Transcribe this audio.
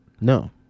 No